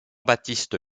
baptiste